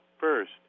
First